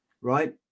right